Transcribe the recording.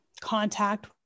contact